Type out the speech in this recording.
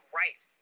right